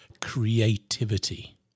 creativity